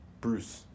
Bruce